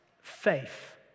faith